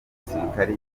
umusirikare